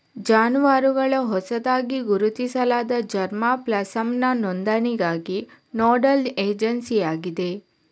ಜಾನುವಾರುಗಳ ಹೊಸದಾಗಿ ಗುರುತಿಸಲಾದ ಜರ್ಮಾ ಪ್ಲಾಸಂನ ನೋಂದಣಿಗಾಗಿ ನೋಡಲ್ ಏಜೆನ್ಸಿಯಾಗಿದೆ